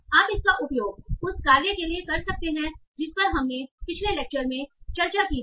आप इसका उपयोग उस कार्य के लिए कर सकते हैं जिस पर हमने पिछले लेक्चर में भी चर्चा की थी